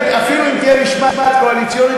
אפילו אם תהיה משמעת קואליציונית,